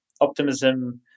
Optimism